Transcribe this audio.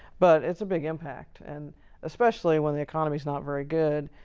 but it's a big impact. and especially when the economy's not very good,